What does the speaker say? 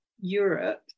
Europe